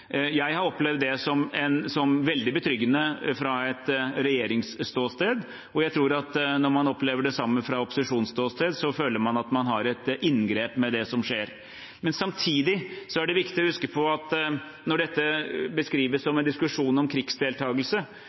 Jeg har opplevd det som veldig betryggende fra et regjeringsståsted, og jeg tror at når man opplever det samme fra et opposisjonsståsted, føler man at man har et inngrep med det som skjer. Samtidig er det viktig å huske på at når dette beskrives som en diskusjon om krigsdeltakelse,